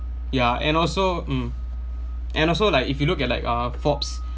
ya and also mm and also like if you look at like uh forbes